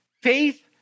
faith